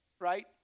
right